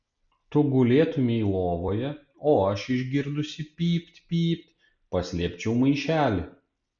tu gulėtumei lovoje o aš išgirdusi pypt pypt paslėpčiau maišelį